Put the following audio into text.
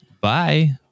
Bye